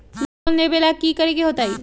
Loan लेवेला की करेके होतई?